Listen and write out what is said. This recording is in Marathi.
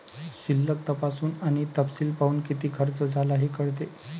शिल्लक तपासून आणि तपशील पाहून, किती खर्च झाला हे कळते